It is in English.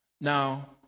Now